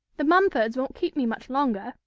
the mumfords won't keep me much longer,